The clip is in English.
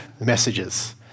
messages